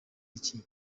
iki